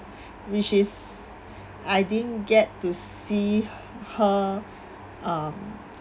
which is I didn't get to see her um